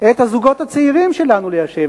את הזוגות הצעירים שלנו ליישב,